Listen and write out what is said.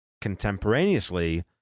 Contemporaneously